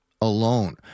alone